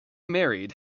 married